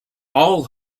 all